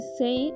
say